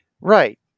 Right